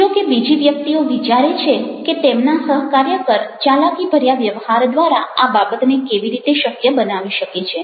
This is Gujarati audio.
જો કે બીજી વ્યક્તિઓ વિચારે છે કે તેમના સહકાર્યકર ચાલાકીભર્યા વ્યવહાર દ્વારા આ બાબતને કેવી રીતે શક્ય બનાવી શકે છે